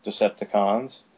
Decepticons